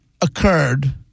occurred